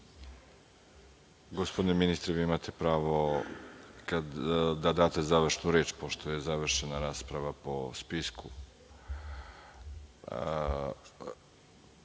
Gospodine ministre vi imate pravo na završnu reč pošto je završena rasprava po